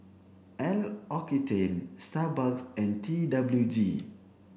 Starbucks and T W G